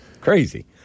Crazy